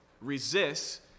resists